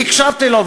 והקשבתי לו,